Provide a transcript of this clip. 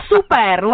Super